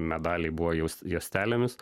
medaliai buvo jau juostelėmis